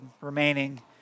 remaining